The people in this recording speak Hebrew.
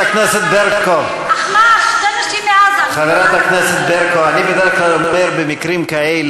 מעזה, חברת הכנסת ברקו,